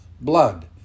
blood